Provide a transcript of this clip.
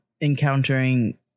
encountering